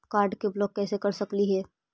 Card के block कैसे कर सकली हे?